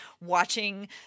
watching